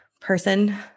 person